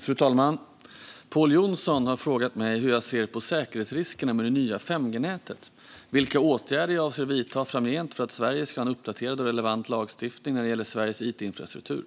Fru talman! Pål Jonson har frågat mig hur jag ser på säkerhetsriskerna med det nya 5G-nätet och vilka åtgärder jag avser att vidta framgent för att Sverige ska ha en uppdaterad och relevant lagstiftning när det gäller Sveriges it-infrastruktur.